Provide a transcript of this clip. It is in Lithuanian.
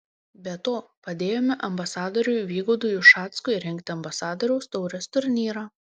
be to padėjome ambasadoriui vygaudui ušackui rengti ambasadoriaus taurės turnyrą